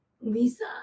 Lisa